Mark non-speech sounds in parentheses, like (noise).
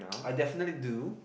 (noise) I definitely do